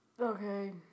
Okay